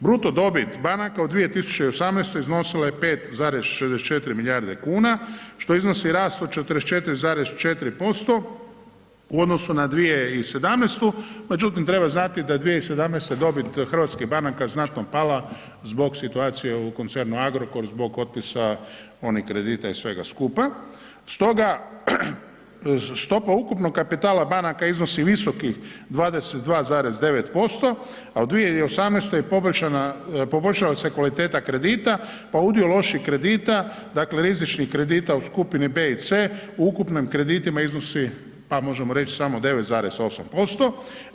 Bruto dobit banaka u 2008. iznosila je 5,64 milijarde kuna što iznosi rast od 44,4% u odnosu na 2017. međutim treba znati da 2017. dobit hrvatskih banaka je znatno pala zbog situacije u koncernu Agrokor, zbog otpisa onih kredita i svega skupa stoga stopa ukupnog kapitala banaka iznosi visokih 22,9% a u 2018. poboljšala se kvaliteta kredita pa udio loših kredita, dakle rizičnih kredita u skupini B i C u ukupnim kreditima iznosi pa možemo reći samo 9,8%